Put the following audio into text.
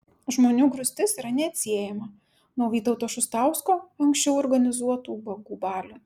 žmonių grūstis yra neatsiejama nuo vytauto šustausko anksčiau organizuotų ubagų balių